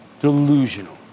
Delusional